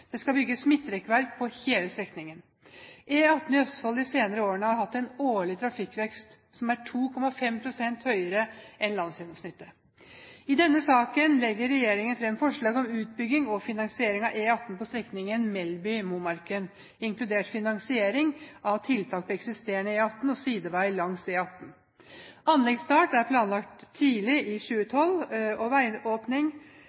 Det skal bygges midtrekkverk på hele strekningen. E18 i Østfold har de senere årene hatt en årlig trafikkvekst som er 2,5 pst. høyere enn landsgjennomsnittet. I denne saken legger regjeringen fram forslag om utbygging og finansiering av E18 på strekningen Melleby–Momarken, inkludert finansiering av tiltak på eksisterende E18 og sideveier langs E18. Anleggsstart er planlagt tidlig i